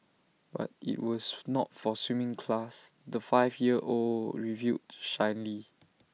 but IT was not for A swimming class the five year old revealed shyly